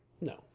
No